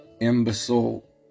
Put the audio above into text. Imbecile